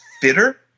fitter